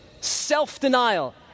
self-denial